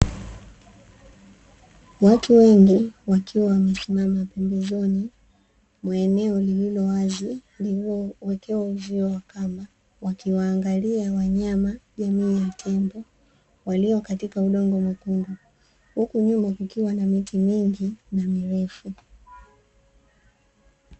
Watu wengi wakiwa wamesimama pembezoni mwa eneo lililowazi lililowekewa uzio wa kamba, wakiwaangalia wanyama jamii ya tembo walio katika udongo mwekundu. Huku nyuma kukiwa na miti mingi na mirefu.